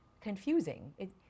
confusing